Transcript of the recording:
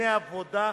בדיני עבודה,